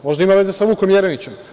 Možda ima veze sa Vukom Jeremićem?